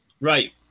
Right